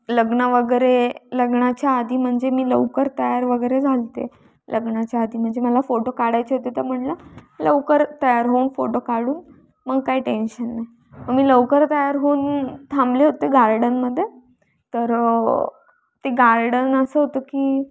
लग्न वगैरे लग्नाच्या आधी म्हणजे मी लवकर तयार वगैरे झाले होते लग्नाच्या आधी म्हणजे मला फोटो काढायचे होते तर म्हटलं लवकर तयार होऊन फोटो काढून मग काय टेन्शन नाही मग मी लवकर तयार होऊन थांबले होते गार्डनमध्ये तर ते गार्डन असं होतं की